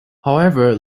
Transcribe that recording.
however